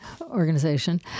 organization